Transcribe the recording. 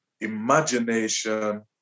imagination